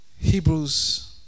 Hebrews